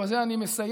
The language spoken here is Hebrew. ובזה אני מסיים,